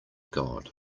god